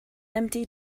empty